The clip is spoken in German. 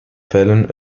fällen